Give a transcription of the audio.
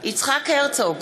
יצחק הרצוג,